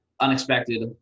unexpected